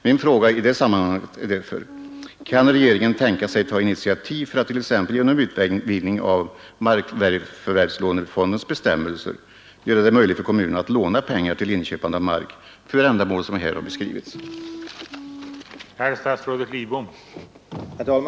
Min fråga i detta sammanhang är därför: Kan regeringen tänka sig ta initiativ för att t.ex. genom utvidgning av markförvärvslånefondens bestämmelser göra det möjligt för kommunerna att låna pengar till inköpande av mark för ändamål som här har beskrivits. inte är aktuella, eftersom det enligt svensk lag finns möjlighet att säga nej. Jag tycker ändå att regeringen bör deklarera en uppfattning i detta